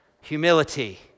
humility